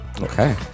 Okay